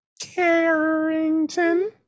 Carrington